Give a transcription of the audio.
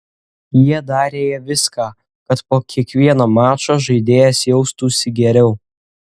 jie darė viską kad po kiekvieno mačo žaidėjas jaustųsi geriau